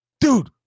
dude